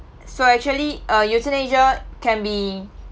so actually uh euthanasia can be